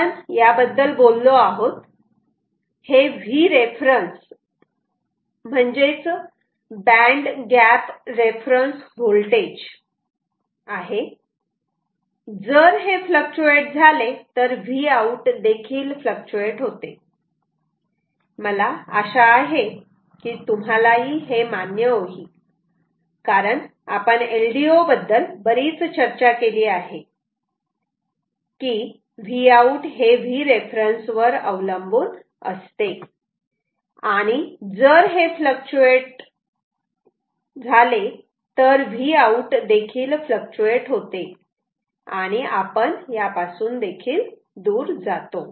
आपण याबद्दल बोललो आहोत हे Vref म्हणजेच बॅण्ड गॅप रेफरन्स व्होल्टेज जर हे फ्लक्चुएट झाले तर Vout देखील फ्लक्चुएट होते मला आशा आहे की तुम्हालाही हे मान्य होईल कारण आपण LDO बद्दल बरीच चर्चा केली आहे की Vout हे Vref वर अवलंबून असते आणि जर हे फ्लक्चुएट झाले तर Vout देखील फ्लक्चुएट होते आणि आपण देखिल दूर जातो